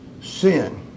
sin